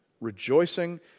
rejoicing